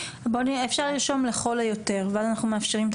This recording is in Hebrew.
אפשר לרשום "לכל היותר" ואז אנחנו מאפשרים את